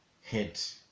hit